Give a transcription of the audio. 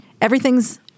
everything's